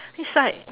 it's like